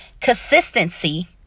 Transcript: consistency